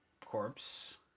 corpse